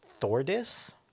thordis